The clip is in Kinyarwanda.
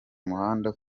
muhanda